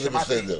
וזה בסדר.